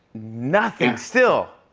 nothing. still.